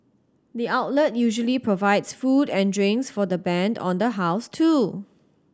the outlet usually provides food and drinks for the band on the house too